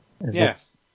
Yes